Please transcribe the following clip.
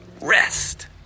Rest